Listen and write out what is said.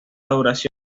duración